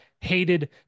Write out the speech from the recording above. hated